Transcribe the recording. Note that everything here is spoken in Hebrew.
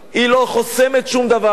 היא לא חוסמת שום דבר.